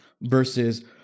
versus